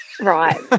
Right